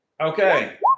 Okay